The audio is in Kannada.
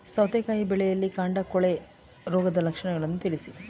ಸೌತೆಕಾಯಿ ಬೆಳೆಯಲ್ಲಿ ಕಾಂಡ ಕೊಳೆ ರೋಗದ ಲಕ್ಷಣವನ್ನು ತಿಳಿಸಿ?